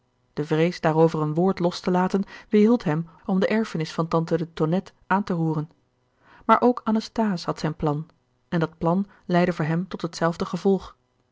de vrees daarover een woord los te laten weerhield hem om de erfenis van tante de tonnette aan te roeren maar ook anasthase had zijn plan en dat plan leidde voor hem tot hetzelfde gevolg